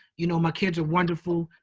you know, my kids are wonderful.